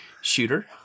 shooter